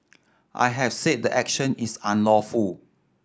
I have said the action is unlawful